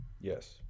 Yes